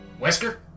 Wesker